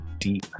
deep